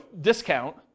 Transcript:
discount